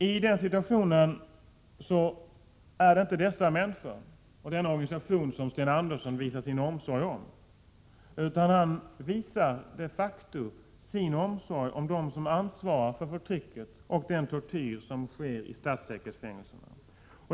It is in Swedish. I den situation som råder är det inte dessa människor och denna organisation som Sten Andersson visar sin omsorg, utan han visar sin omsorg om dem som ansvarar för förtrycket och den tortyr som sker i statssäkerhetsfängelserna.